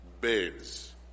beds